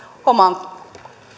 oman